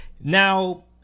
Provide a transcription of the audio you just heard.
Now